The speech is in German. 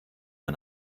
man